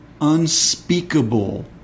unspeakable